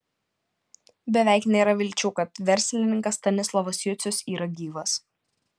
beveik nėra vilčių kad verslininkas stanislovas jucius yra gyvas